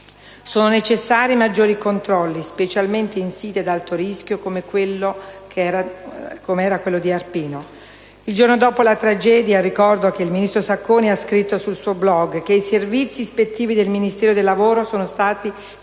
Sono necessari maggiori controlli, specialmente in siti ad alto rischio, come era quello di Arpino. Il giorno dopo la tragedia, ricordo che il ministro Sacconi ha scritto sul suo *blog* che «i servizi ispettivi del Ministero del lavoro sono stati